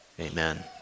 Amen